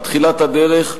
בתחילת הדרך,